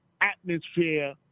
atmosphere